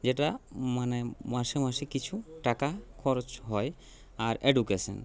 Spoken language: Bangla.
যেটা মানে মাসে মাসে কিছু টাকা খরচ হয় আর এডুকেশন